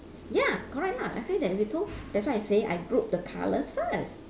ya correct lah I say that if it so that's why I say I group the colours first